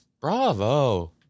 Bravo